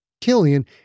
Killian